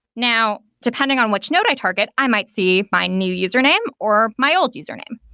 now depending on which node i target, i might see my new username or my old username.